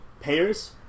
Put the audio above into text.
payers